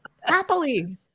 happily